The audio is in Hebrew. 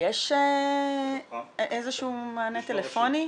יש איזשהו מענה טלפוני?